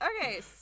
Okay